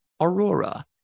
Aurora